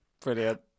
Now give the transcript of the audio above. Brilliant